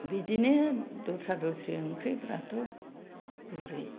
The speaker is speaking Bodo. बिदिनो दस्रा दस्रि ओंख्रिफ्राथ' गुरै